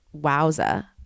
wowza